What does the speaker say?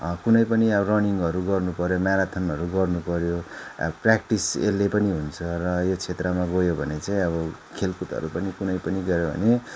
कुनै पनि अब रनिङहरू गर्नु पर्यो म्याराथुनहरू गर्नु पर्यो प्र्याक्टिस यसले पनि हुन्छ र यो क्षेत्रमा गयो भने चाहिँ गयो भने चाहिँ अब खेलकुदहरू पनि कुनै पनि गयो भनेे